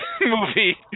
movie